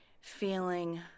feeling